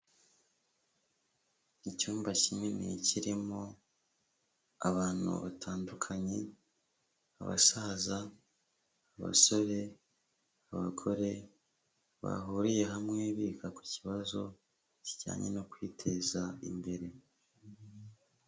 Icyumba kinini kirimo abantu batandukanye, abasaza, abasore, abagore bahuriye hamwe biga ku kibazo kijyanye no kwiteza imbere.